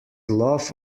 love